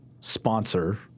sponsor